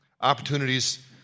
opportunities